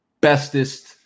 bestest